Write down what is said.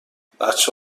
بچه